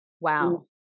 Wow